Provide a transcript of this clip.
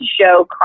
show